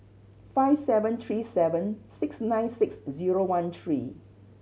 five seven three seven six nine six zero one three